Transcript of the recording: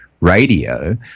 radio